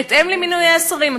בהתאם למינויי השרים.